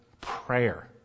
prayer